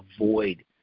avoid